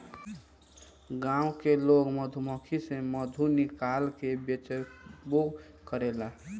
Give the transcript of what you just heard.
गाँव के लोग मधुमक्खी से मधु निकाल के बेचबो करेला